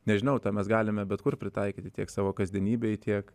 nežinau tą mes galime bet kur pritaikyti tiek savo kasdienybėj tiek